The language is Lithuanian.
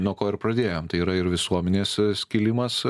nuo ko ir pradėjom tai yra ir visuomenės skilimas